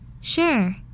Sure